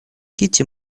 кити